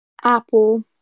Apple